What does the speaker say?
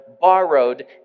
borrowed